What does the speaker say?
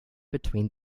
between